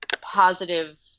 positive